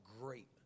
great